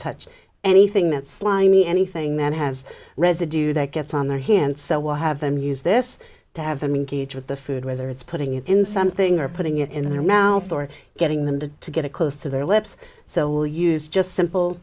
touch anything that slimy anything that has residue that gets on their hands so we'll have them use this to have them engage with the food whether it's putting it in something or putting it in their mouth or getting them to to get it close to their lips so we'll use just simple